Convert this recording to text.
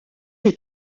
est